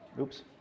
Oops